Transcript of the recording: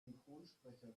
synchronsprecher